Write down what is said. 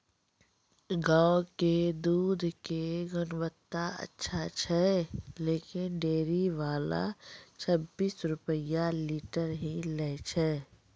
गांव के दूध के गुणवत्ता अच्छा छै लेकिन डेयरी वाला छब्बीस रुपिया लीटर ही लेय छै?